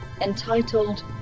entitled